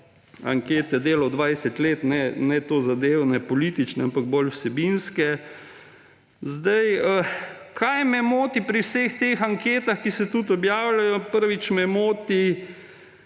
ankete delal 20 let, ne tozadevnih političnih, ampak bolj vsebinske. Kaj me moti pri vseh teh anketah, ki se tudi objavljajo? Prvič me moti,